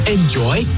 Enjoy